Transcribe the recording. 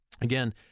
again